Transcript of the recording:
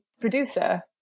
producer